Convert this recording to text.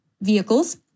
vehicles